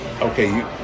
Okay